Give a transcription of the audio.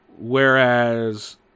Whereas